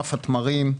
ענף התמרים,